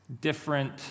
different